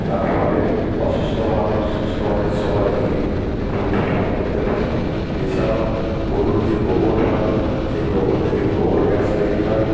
তার ফলে অসুস্থ মানুষ সুস্থ মানুষ সবাই এই দুগ্ধ পান করতে পারে এছাড়াও গরুর যে গোবর হয় সেই গোবর থেকে গোবর গ্যাস তৈরি হয়